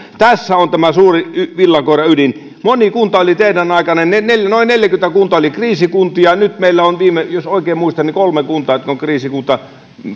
tässä on tämä suuri villakoiran ydin moni kunta oli teidän aikananne noin neljäkymmentä kuntaa kriisikunta nyt meillä on jos oikein muistan kolme kuntaa jotka ovat kriisikunta